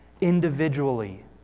individually